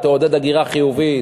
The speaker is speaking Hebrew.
תעודד הגירה חיובית.